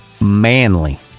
manly